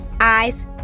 eyes